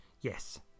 Yes